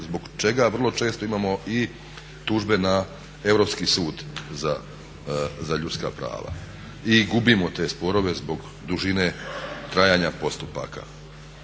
zbog čega vrlo često imamo i tužbe na Europski sud za ljudska prava i gubimo te sporove zbog dužine trajanja postupaka.